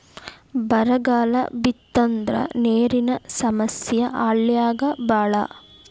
ಬರಗಾಲ ಬಿತ್ತಂದ್ರ ನೇರಿನ ಸಮಸ್ಯೆ ಹಳ್ಳ್ಯಾಗ ಬಾಳ